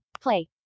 Play